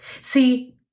See